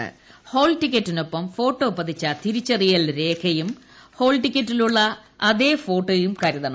പ്രിഫ്റ്റ്ൾടിക്കറ്റിനൊപ്പം photo പതിച്ച തിരിച്ചറിയൽ രേഖയും ഹാൾടിക്കറ്റിലുള്ള അതേ ഫോട്ടോയും കരുതണം